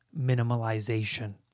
minimalization